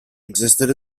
existed